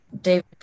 David